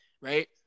right